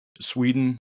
Sweden